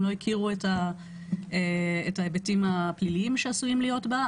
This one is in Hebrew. הם לא הכירו את ההיבטים הפליליים שעשויים להיות בה.